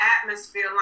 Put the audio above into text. atmosphere